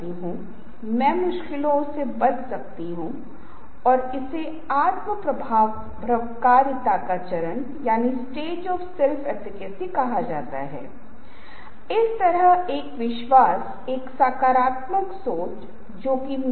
हम बस जल्दी से उस पर और ग्रंथों को स्पर्श करेंगे फ़ॉन्ट का आकार किस तरह का किसी प्रेजेंटेशन के भीतर आपको कितने विभिन्न प्रकार के फोंट का उपयोग करना चाहिए